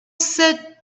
said